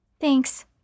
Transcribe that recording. Thanks